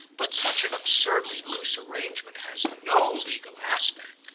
but such an absurdly loose arrangement has no legal aspect.